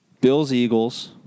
Bills-Eagles